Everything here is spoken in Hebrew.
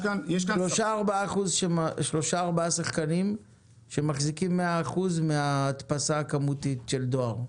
שלושה-ארבעה שחקנים שמחזיקים מאה אחוזים מההדפסה הכמותית של דואר.